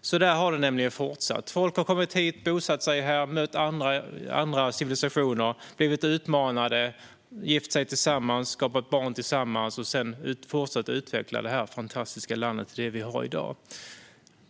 Så här har det nämligen fortsatt. Folk har kommit hit, bosatt sig här och mött andra civilisationer. De har blivit utmanade, gift sig med andra, skaffat barn tillsammans och sedan fortsatt att utveckla detta fantastiska land till det vi har i dag.